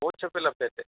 coach अपि लभ्यते